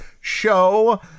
Show